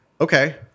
Okay